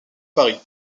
paris